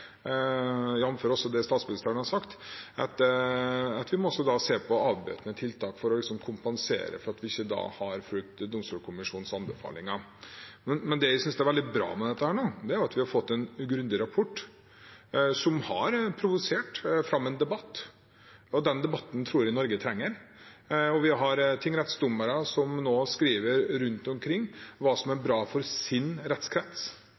også det statsministeren har sagt – må vi også se på avbøtende tiltak for å kompensere for at vi ikke har fulgt Domstolkommisjonens anbefalinger. Men det jeg synes er veldig bra med dette, er at vi har fått en grundig rapport som har provosert fram en debatt. Den debatten tror jeg Norge trenger. Vi har tingrettsdommere som nå skriver rundt omkring hva som er bra for deres rettskrets.